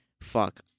fuck